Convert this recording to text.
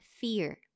fear